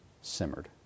simmered